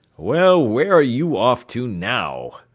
well, where are you off to now?